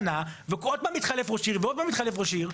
שנה ועוד פעם יתחלף ראש עיר ועוד פעם יתחלף ראש עיר.